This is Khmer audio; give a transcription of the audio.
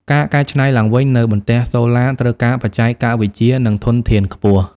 ការកែច្នៃឡើងវិញនូវបន្ទះសូឡាត្រូវការបច្ចេកវិទ្យា និងធនធានខ្ពស់។